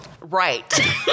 Right